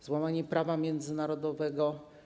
To złamanie prawa międzynarodowego.